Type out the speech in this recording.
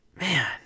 man